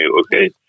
okay